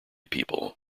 people